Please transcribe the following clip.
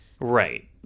right